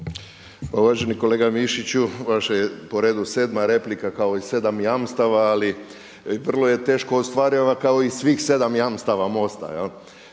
Uvaženi kolega Mišiću vaša je po redu sedma replika kao i sedam jamstava ali vrlo je teško ostvariva kao i svih sedam jamstava MOST-a